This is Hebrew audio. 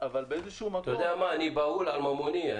אתה יודע מה, אני בהול על ממוני.